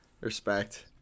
Respect